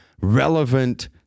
relevant